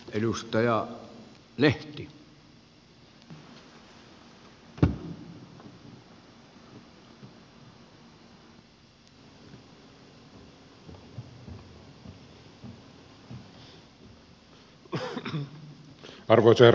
arvoisa herra puhemies